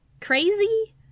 crazy